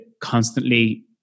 constantly